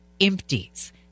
Empties